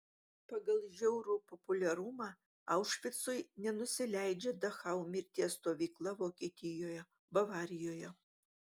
pagal žiaurų populiarumą aušvicui nenusileidžia dachau mirties stovykla vokietijoje bavarijoje